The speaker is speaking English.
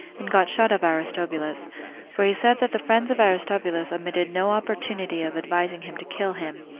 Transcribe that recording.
and got shut of aristobulus for he said that the friends of aristobulus omitted no opportunity of advising him to kill him,